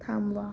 थांबवा